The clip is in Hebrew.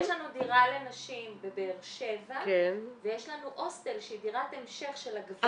יש לנו דירה לנשים בבאר שבע ויש לנו הוסטל שהיא דירת המשך של הגברים.